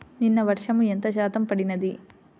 నిన్న వర్షము ఎంత శాతము పడినది?